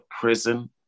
prison